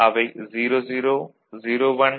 அவை 00 01 10 11